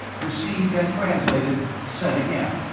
received and translated, sent again.